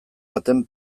baten